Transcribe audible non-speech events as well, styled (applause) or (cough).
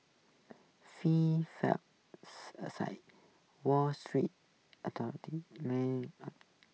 free fall (unintelligible) aside wall street (unintelligible)